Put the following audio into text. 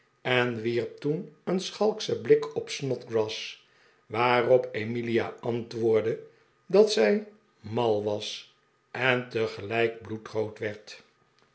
en wierp toen een schalkschen bilk op snodgrass waarop emilia antwoordde dat zij mal was en tegelijk bloedrood werd